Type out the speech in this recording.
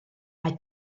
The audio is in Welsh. mae